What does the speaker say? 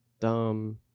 dumb